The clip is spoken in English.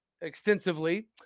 extensively